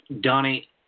donnie